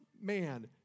man